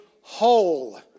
whole